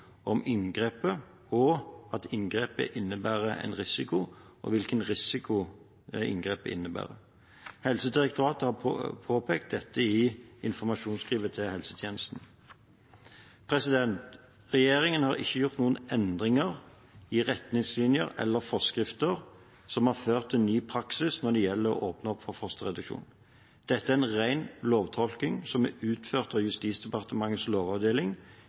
om inngrepet og at inngrepet innebærer en risiko, og hvilken risiko inngrepet innebærer. Helsedirektoratet har påpekt dette i et informasjonsskriv til helsetjenesten. Regjeringen har ikke gjort noen endringer i retningslinjer eller forskrifter som har ført til ny praksis når det gjelder å åpne opp for fosterreduksjon. Dette er en ren lovtolkning som er utført av Justisdepartementets lovavdeling